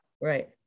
Right